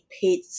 paid